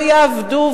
ולא יעבדו,